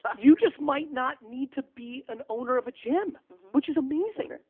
you just might not need to be an owner of a gym which is amazing.